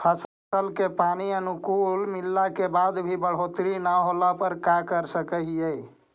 फसल के पानी अनुकुल मिलला के बाद भी न बढ़ोतरी होवे पर का कर सक हिय?